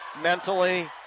mentally